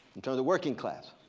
in terms of working class.